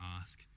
ask